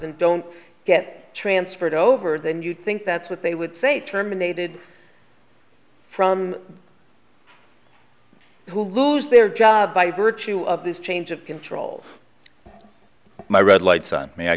and don't get transferred over then you think that's what they would say terminated from who lose their job by virtue of this change of control my red lights on me i